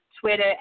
Twitter